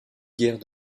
guerre